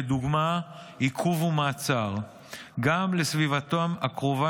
לדוגמה: עיכוב ומעצר גם בסביבתם הקרובה